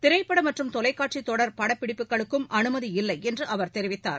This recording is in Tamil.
திரைப்பட மற்றும் தொலைக்காட்சி தொடர் படப்பிடிப்புகளுக்கும் அனுமதி இல்லை என்று அவர் தெரிவித்தார்